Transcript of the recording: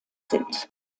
sind